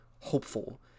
hopeful